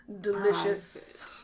delicious